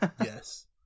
Yes